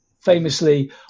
famously